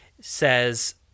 says